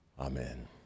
Amen